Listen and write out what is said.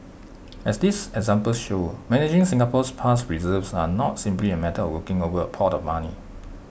as these examples show managing Singapore's past reserves are not simply A matter of looking over A pot of money